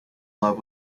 love